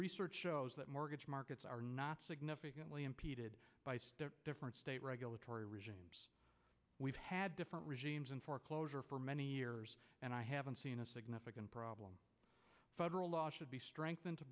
research shows that mortgage markets are not significantly impeded by different state regulatory regimes we've had different regimes in foreclosure for many years and i haven't seen a significant problem federal law should be strengthened to